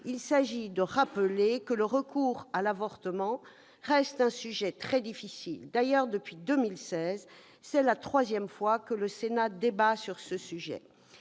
il s'agit de rappeler combien le recours à l'avortement reste un sujet très difficile. D'ailleurs, depuis 2016, c'est la troisième fois que le Sénat en débat. C'est